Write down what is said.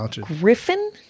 Griffin